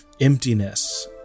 emptiness